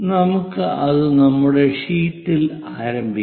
നമുക്ക് അത് നമ്മുടെ ഷീറ്റിൽ ആരംഭിക്കാം